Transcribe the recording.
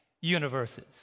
universes